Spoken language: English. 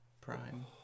Prime